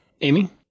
Amy